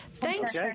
Thanks